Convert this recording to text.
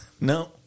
No